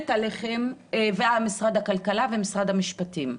משרד הכלכלה ומשרד המשפטים.